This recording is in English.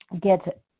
get